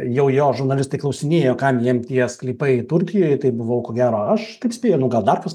jau jo žurnalistai klausinėjo kam jiem tie sklypai turkijoje tai buvau ko gero aš tik spėju nu gal dar kas nors